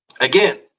again